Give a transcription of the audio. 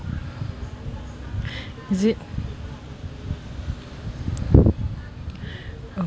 is it oh